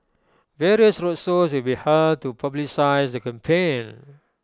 various roadshows will be held to publicise the campaign